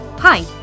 Hi